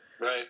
right